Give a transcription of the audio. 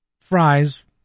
fries